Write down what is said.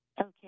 Okay